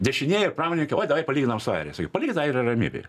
dešinieji ir pramonykai oi davai palyginam su airija sakiau palikit airiją ramybėje